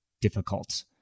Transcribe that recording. difficult